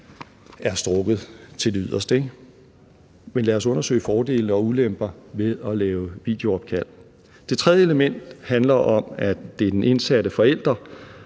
er strakt til det yderste – ikke? Men lad os undersøge fordele og ulemper ved at lave videoopkald. Det tredje element handler om, at det er den indsatte forælder